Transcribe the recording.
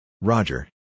Roger